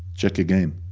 check again.